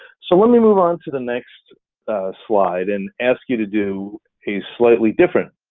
so when we move on to the next slide and ask you to do a slightly different